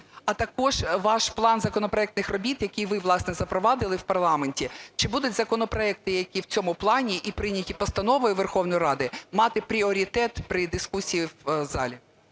А також ваш план законопроектних робіт, який ви, власне, запровадили у парламенті. Чи будуть законопроекти, які в цьому плані і прийняті постановою Верховної Ради, мати пріоритет при дискусії в залі?